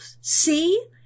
see